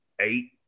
eight